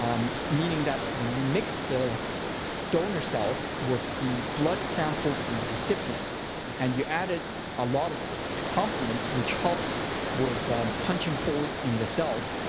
um meaning that, when you mix the donor cells with the blood sample from the recipient and you added a lot of complements which helps with punching holes in the cells,